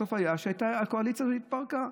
הסוף היה שהקואליציה הזו התפרקה.